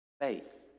faith